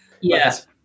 Yes